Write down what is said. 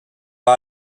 pas